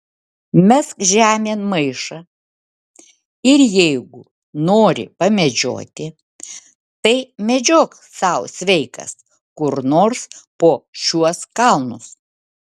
mesk žemėn maišą ir jeigu nori pamedžioti tai medžiok sau sveikas kur nors po šiuos kalnus